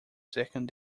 second